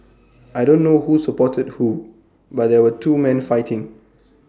I don't know who supported who but there were two man fighting